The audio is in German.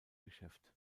geschäft